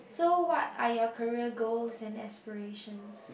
so what are your career goals and aspirations